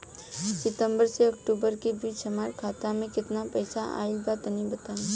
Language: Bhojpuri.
सितंबर से अक्टूबर के बीच हमार खाता मे केतना पईसा आइल बा तनि बताईं?